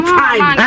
time